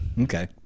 Okay